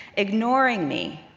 ignoring me,